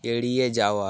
এড়িয়ে যাওয়া